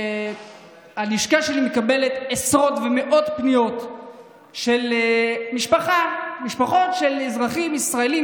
הלשכה שלי מקבלת עשרות ומאות פניות של משפחות של אזרחים ישראלים,